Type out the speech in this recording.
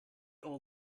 all